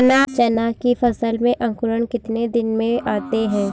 चना की फसल में अंकुरण कितने दिन में आते हैं?